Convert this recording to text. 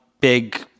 big